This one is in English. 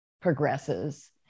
progresses